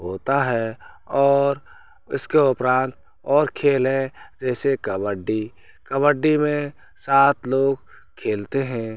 होता है और इसके उपरांत और खेल है जैसे कबड्डी कबड्डी में सात लोग खेलते हैं